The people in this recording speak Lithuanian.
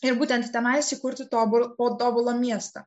ir būtent tenais sukurti tobulą po tobulą miestą